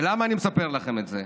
למה אני מספר לכם את זה?